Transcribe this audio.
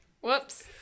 Whoops